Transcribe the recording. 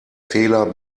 fehler